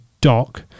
dock